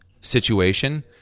situation